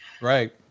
right